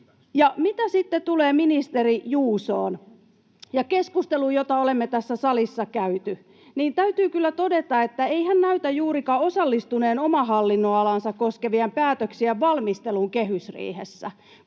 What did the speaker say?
Mitä sitten tulee ministeri Juusoon ja keskusteluun, jota olemme tässä salissa käyneet, niin täytyy kyllä todeta, että ei hän näytä juurikaan osallistuneen omaa hallinnonalaansa koskevien päätöksien valmisteluun kehysriihessä.